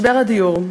משבר הדיור: